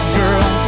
girl